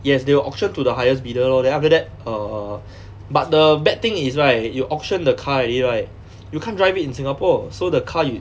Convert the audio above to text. yes they will auction to the highest bidder lor then after that err but the bad thing is right you auction the car already right you can't drive it in singapore so the car you